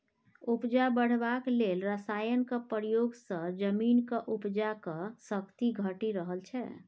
उपजा बढ़ेबाक लेल रासायनक प्रयोग सँ जमीनक उपजाक शक्ति घटि रहल छै